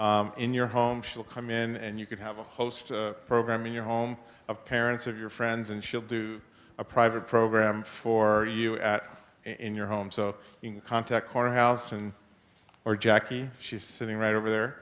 program in your home she'll come in and you can have a host program in your home of parents of your friends and she'll do a private program for you at in your home so contact our house and or jackie she's sitting right over there